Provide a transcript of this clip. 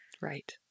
Right